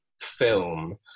film